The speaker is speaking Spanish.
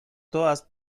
todas